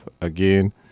Again